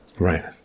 Right